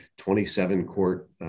27-court